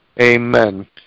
amen